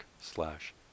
slash